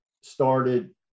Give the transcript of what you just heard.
started